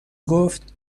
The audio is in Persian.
گفت